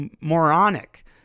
moronic